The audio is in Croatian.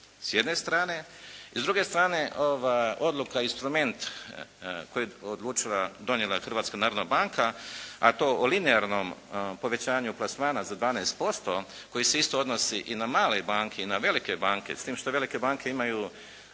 s jedne strane. I s druge strane odluka, instrument koji je donijela Hrvatska narodna banka, a to o linearnom povećanju plasmana za 12% koji se isto odnosi i na male banke i na velike banke, s tim što velike banke imaju